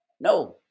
No